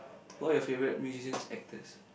who are your favourite musicians actors